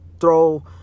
throw